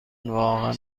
واقعا